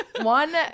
one